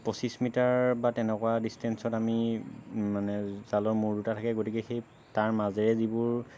পঁচিছ মিটাৰ বা তেনেকুৱা ডিষ্টেন্সত আমি মানে জালৰ মূৰ দুটা থাকে গতিকে সেই তাৰ মাজেৰে যিবোৰ